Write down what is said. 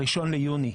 ה-1 ביוני.